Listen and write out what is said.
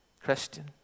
Christian